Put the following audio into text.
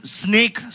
snake